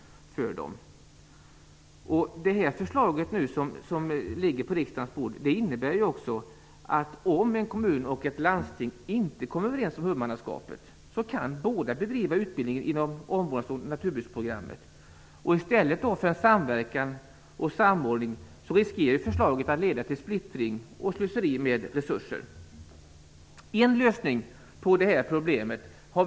Det förslag som ligger på riksdagens bord innebär att en kommun och ett landsting, om de inte kommer överens om huvudmannaskapet, båda kan bedriva utbildningen inom omvårdnads och naturbruksprogrammen. Förslaget riskerar att leda till splittring och slöseri med resurser i stället för till samverkan och samordning.